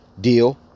deal